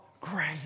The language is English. Great